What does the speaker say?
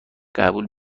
قبول